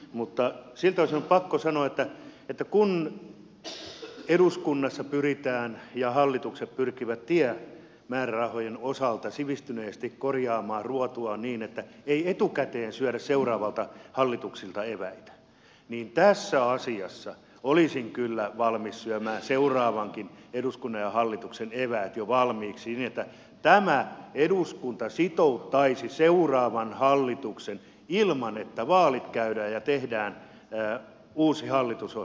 mutta siltä osin on pakko sanoa että kun eduskunnassa pyritään ja hallitukset pyrkivät tiemäärärahojen osalta sivistyneesti korjaamaan ruotuaan niin että ei etukäteen syödä seuraavilta hallituksilta eväitä niin tässä asiassa olisin kyllä valmis syömään seuraavankin eduskunnan ja hallituksen eväät jo valmiiksi niin että tämä eduskunta sitouttaisi seuraavan hallituksen ilman että vaalit käydään ja tehdään uusi hallitusohjelma